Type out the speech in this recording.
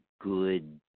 good